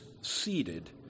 seated